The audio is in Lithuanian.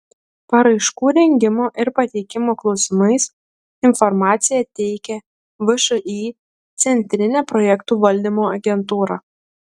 paraiškų rengimo ir pateikimo klausimais informaciją teikia všį centrinė projektų valdymo agentūra